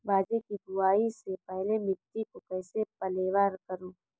बाजरे की बुआई से पहले मिट्टी को कैसे पलेवा करूं?